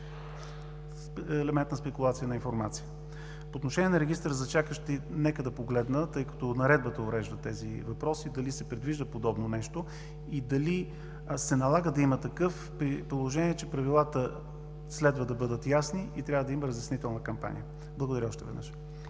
елемент на спекулация с информация. По отношение на регистъра за чакащи, нека да погледна, тъй като Наредбата урежда тези въпроси, дали се предвижда подобно нещо и дали се налага да има такъв, при положение че правилата следва да бъдат ясни и трябва да има разяснителна кампания. Благодаря още веднъж.